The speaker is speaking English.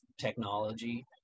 technology